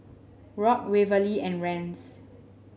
Rock Waverly and Rance